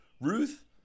Ruth